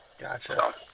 Gotcha